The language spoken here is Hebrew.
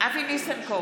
אבי ניסנקורן,